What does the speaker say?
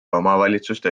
omavalitsuste